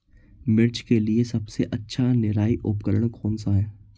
मिर्च के लिए सबसे अच्छा निराई उपकरण कौनसा है?